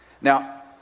Now